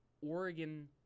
Oregon